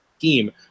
team